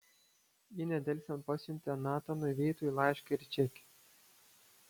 ji nedelsiant pasiuntė natanui veitui laišką ir čekį